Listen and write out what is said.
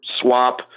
swap